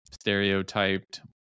stereotyped